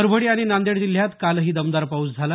परभणी आणि नांदेड जिल्ह्यात कालही दमदार पाऊस झाला